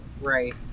Right